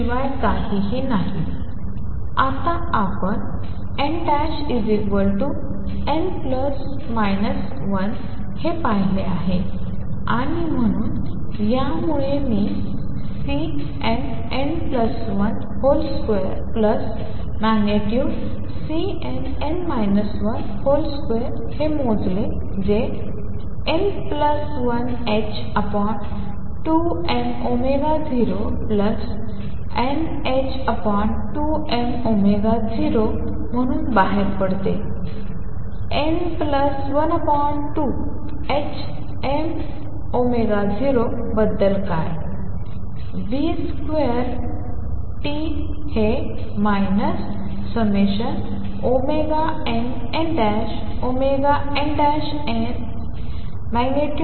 शिवाय काहीही नाही आता आपण nn±1 हे पाहिले आहे आणि म्हणून यामुळे मी Cnn12।Cnn 1 ।2 हे मोजले जे n12m0nℏ2m0 म्हणून बाहेर पडते n12m0 बद्दल काय vtt2 हे ∑nnnn।Cnn ।2